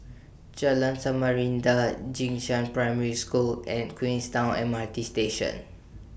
Jalan Samarinda Jing Shan Primary School and Queenstown M R T Station